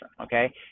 okay